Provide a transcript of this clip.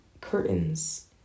curtains